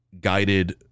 guided